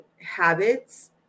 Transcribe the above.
habits